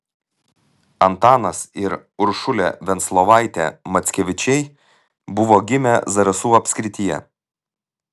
antanas ir uršulė venclovaitė mackevičiai buvo gimę zarasų apskrityje